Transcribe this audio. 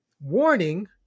warning